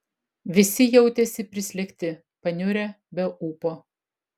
visi jautėsi prislėgti paniurę be ūpo